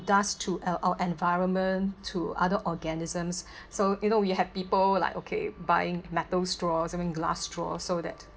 does to our our environment to other organisms so you know we have people like okay buying metal straws and then glass straws so that